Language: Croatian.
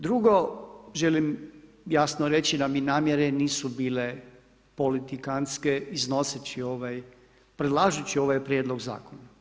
Drugo želim jasno reći da mi namjere nisu bile politikantske iznoseći ovaj, predlažući ovaj Prijedlog zakona.